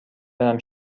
برم